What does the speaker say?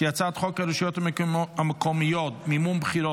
הצעת חוק הרשויות המקומיות (מימון בחירות)